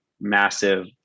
massive